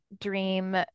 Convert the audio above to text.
dream